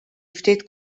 ftit